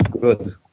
good